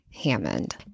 Hammond